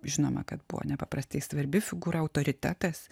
žinoma kad buvo nepaprastai svarbi figūra autoritetas